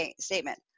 statement